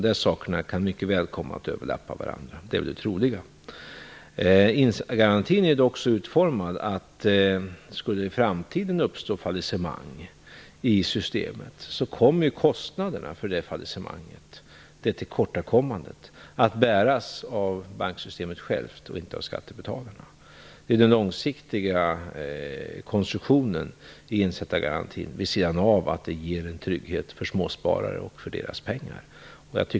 De kan mycket väl komma att överlappa varandra. Insättargarantin är utformad så att om det i framtiden skulle uppstå fallissemang i systemet kommer kostnaderna att bäras av banksystemet självt och inte av skattebetalarna. Det är den långsiktiga konstruktionen i insättargarantin vid sidan av att den ger en trygghet för småsparare och deras pengar.